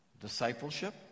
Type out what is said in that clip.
Discipleship